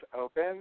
open